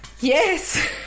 Yes